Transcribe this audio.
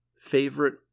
Favorite